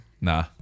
Nah